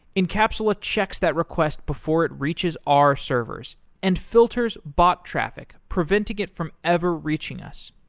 encapsula checks that request before it reaches our servers and filters bot traffic preventing it from ever reaching us.